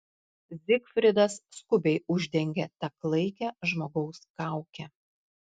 zigfridas skubiai uždengė tą klaikią žmogaus kaukę